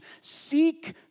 seek